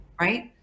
right